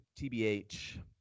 tbh